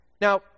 Now